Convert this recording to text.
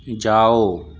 جاؤ